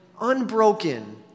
unbroken